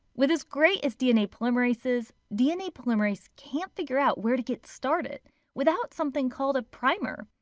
with as great as dna polymerase is, dna polymerase can't figure out where to get started without something called a primer.